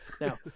Now